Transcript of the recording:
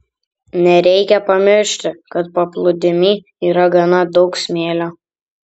nereikia pamiršti kad paplūdimy yra gana daug smėlio